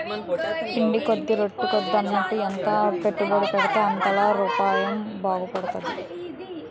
పిండి కొద్ది రొట్టి అన్నట్టు ఎంత పెట్టుబడుంటే అంతలా యాపారం బాగుపడతది